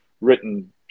written